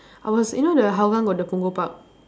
I was you know the Hougang got the Punggol park